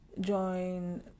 join